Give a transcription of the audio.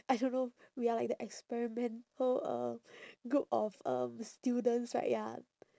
I don't know we are like the experimental uh group of um students right ya